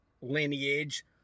lineage